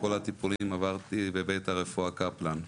כל הטיפולים עברתי בבית הרפואה קפלן.